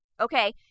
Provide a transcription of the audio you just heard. Okay